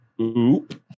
Oop